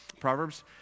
Proverbs